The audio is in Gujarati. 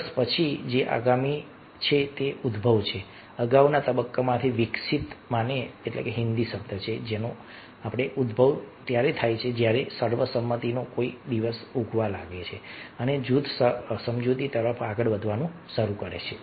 સંઘર્ષ પછી જે આગામી છે તે ઉદભવ છે અગાઉના તબક્કામાંથી વિકસિત માને હિન્દી શબ્દ નો ઉદભવ ત્યારે થાય છે જ્યારે સર્વસંમતિનો કોઈ દિવસ ઉગવા લાગે છે અને જૂથ સમજૂતી તરફ આગળ વધવાનું શરૂ કરે છે